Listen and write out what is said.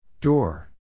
door